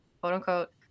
quote-unquote